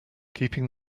keeping